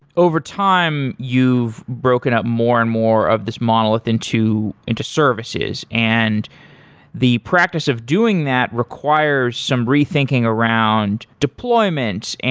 overtime, you've broken up more and more of this monolith into into services and the practice of doing that requires some rethinking around deployment, and